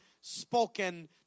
spoken